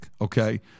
okay